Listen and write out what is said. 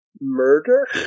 murder